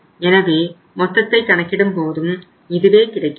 எனவே மொத்தத்தை கணக்கிடும்போதும் இதுவே கிடைக்கிறது